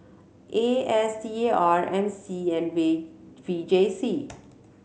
A S T R M C and V V J C